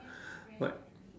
like